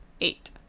Eight